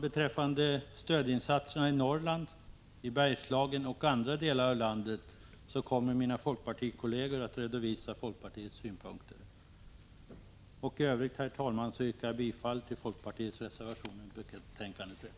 Beträffande stödinsatser i Norrland, Bergslagen och andra delar av landet kommer mina folkpartikolleger att redovisa folkpartiets synpunkter. Jag yrkar bifall till folkpartiets reservationer vid arbetsmarknadsutskottets betänkande 13.